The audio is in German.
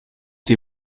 die